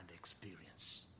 Experience